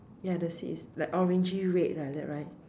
ya the seat is like orangey red like that right